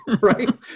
right